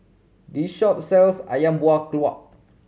this shop sells ayam buah